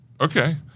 Okay